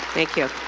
thank you.